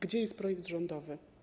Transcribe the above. Gdzie jest projekt rządowy?